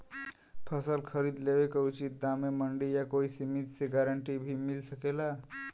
फसल खरीद लेवे क उचित दाम में मंडी या कोई समिति से गारंटी भी मिल सकेला?